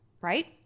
right